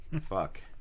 Fuck